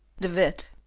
de witt,